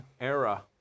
era